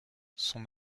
son